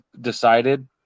decided